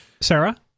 Sarah